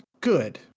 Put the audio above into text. good